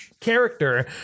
character